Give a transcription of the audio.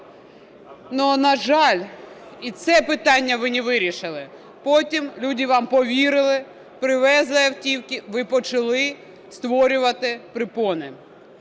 Але, на жаль, і це питання ви не вирішили. Потім люди вам повірили, привезли автівки – ви почали створювати перепони.